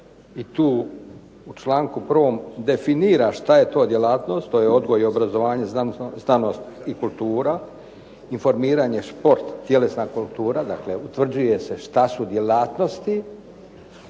i tu u čl. 1. definira što je to djelatnost, to je odgoj i obrazovanje, znanost i kultura, informiranje, šport, tjelesna kultura. Dakle, utvrđuje se što su djelatnosti,